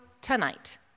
tonight